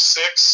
six